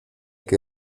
que